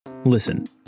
Listen